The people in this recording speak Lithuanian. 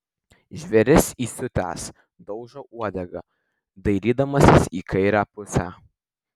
žvėris įsiutęs daužo uodega dairydamasis į kairę pusę